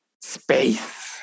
space